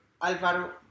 Alvaro